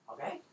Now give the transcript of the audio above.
Okay